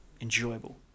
enjoyable